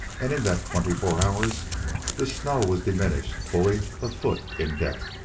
and in that twenty-four hours the snow was diminished fully a foot in depth.